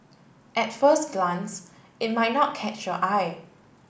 at first glance it might not catch your eye